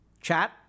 chat